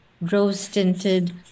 rose-tinted